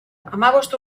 hamabost